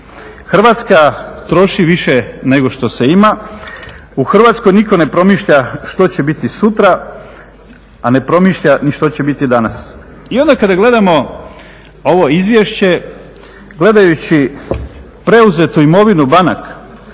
Hrvatska troši više nego što se ima. U Hrvatskoj nitko ne promišlja što će biti sutra, a ne promišlja ni što će biti danas. I onda kada gledamo ovo izvješće gledajući preuzetu imovinu banaka